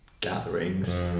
gatherings